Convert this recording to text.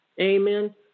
Amen